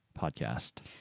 Podcast